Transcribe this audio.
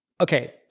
Okay